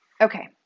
Okay